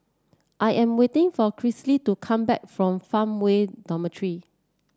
I am waiting for Chrissy to come back from Farmway Dormitory